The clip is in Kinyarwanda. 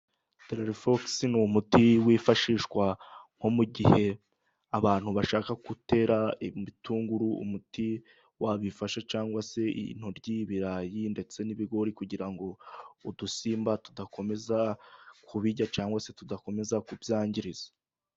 Telelefogisi ni umuti wifashishwa ,nko mu gihe abantu bashaka gutera imitunguru umuti wabifasha, cyangwa se intoryi, ibirayi ndetse n'ibigori ,kugira ngo udusimba tudakomeza kubirya, cyangwa se tudakomeza kubyangiriza.